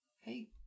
Hey